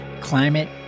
Climate